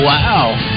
Wow